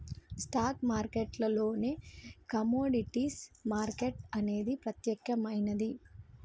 stock మార్కెట్టులోనే commodities market అనేది ప్రత్యేకమైనది